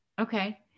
Okay